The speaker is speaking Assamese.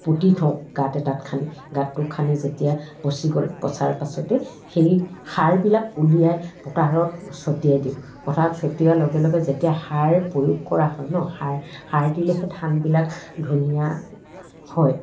পুতি থওঁ গাঁত এটাত খানি গাঁতটো খানি যেতিয়া পঁচি গ'ল পঁচাৰ পাছতেই সেই সাৰবিলাক উলিয়াই পথাৰত ছটিয়াই দিওঁ পথাৰত ছটিওৱাৰ লগে লগে যেতিয়া সাৰ প্ৰয়োগ কৰা হয় ন সাৰ সাৰ দিলেহে ধানবিলাক ধুনীয়া হয়